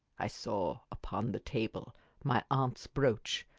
i saw upon the table my aunt's brooch,